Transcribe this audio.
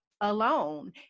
alone